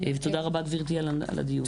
גבירתי, תודה רבה על הדיון.